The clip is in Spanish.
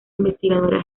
investigadora